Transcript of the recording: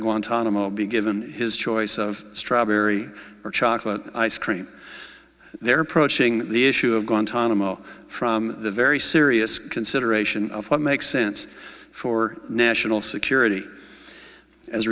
guantanamo be given his choice of strawberry or chocolate ice cream they're approaching the issue of gone time tomorrow from the very serious consideration of what makes sense for national security as